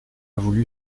voulu